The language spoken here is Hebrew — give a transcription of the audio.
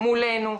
מולנו.